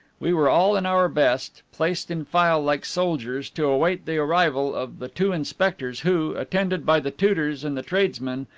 we were all in our best, placed in file like soldiers to await the arrival of the two inspectors who, attended by the tutors and the tradesmen,